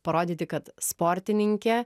parodyti kad sportininkė